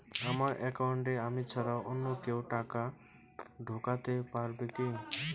আমার একাউন্টে আমি ছাড়া অন্য কেউ টাকা ঢোকাতে পারবে কি?